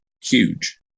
huge